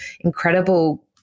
incredible